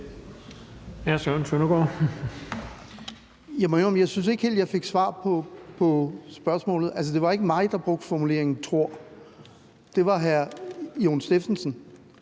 at jeg ikke helt fik svar på spørgsmålet. Altså, det var ikke mig, der brugte formuleringen tror. Det var hr. Jon Stephensen,